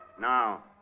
Now